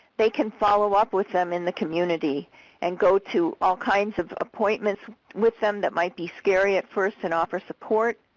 they can follow up with them in the community and go to all kinds of appointments with them that might be scary at first and offer support.